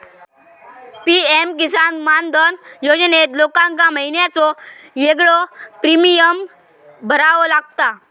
PM Kisan Maandhan योजनेत लोकांका महिन्याचो येगळो प्रीमियम भरावो लागता